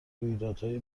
رویدادهای